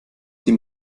sie